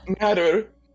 matter